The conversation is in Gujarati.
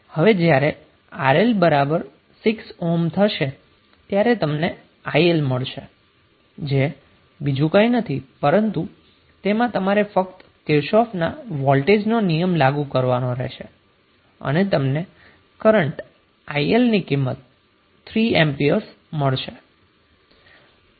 હવે જ્યારે RL બરાબર 6 ઓહ્મ થશે ત્યારે તમને IL મળશે જે બીજું કંઈ નથી પરંતુ તેમાં તમારે ફક્ત કિર્ચોફનો વોલ્ટેજ નો નિયમ લાગુ કરવાનો રહેશે અને તમને કરન્ટ IL ની કિંમત 3 એમ્પિયર મળશે